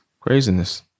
craziness